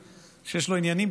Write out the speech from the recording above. בבקשה, אדוני.